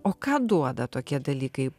o ką duoda tokie dalykai